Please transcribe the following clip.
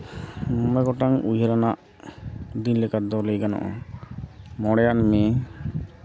ᱢᱚᱬᱮ ᱜᱚᱴᱟᱱ ᱩᱭᱦᱟᱹᱨ ᱟᱱᱟᱜ ᱫᱤᱱ ᱞᱮᱠᱟ ᱛᱮᱫᱚ ᱞᱟᱹᱭ ᱜᱟᱱᱚᱜᱼᱟ ᱢᱚᱬᱮᱭᱟᱱ ᱢᱮ